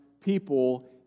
people